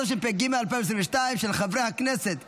התשפ"ג 2022, של חברי הכנסת